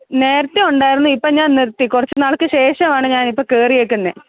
നേരത്തെ ഉണ്ടായിരുന്നു ഇപ്പോൾ ഞാൻ നിർത്തി കുറച്ചുനാൾക്ക് ശേഷമാണ് ഞാനിപ്പോൾ കയറിയേക്കുന്നെ